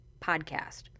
podcast